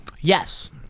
Yes